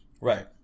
Right